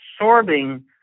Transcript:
absorbing